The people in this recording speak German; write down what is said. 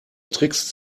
tricks